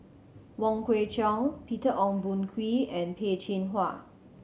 Wong Kwei Cheong Peter Ong Boon Kwee and Peh Chin Hua